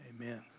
Amen